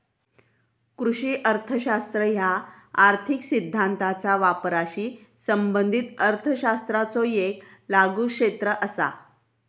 कृषी अर्थशास्त्र ह्या आर्थिक सिद्धांताचा वापराशी संबंधित अर्थशास्त्राचो येक लागू क्षेत्र असा